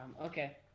Okay